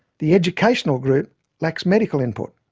the educational group lacks medical input.